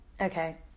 Okay